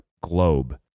globe